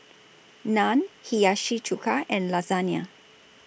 Naan Hiyashi Chuka and Lasagna